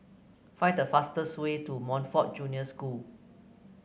find the fastest way to Montfort Junior School